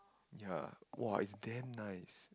ya !wah! it's damn nice